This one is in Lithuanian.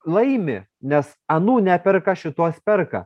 laimi nes anų neperka šituos perka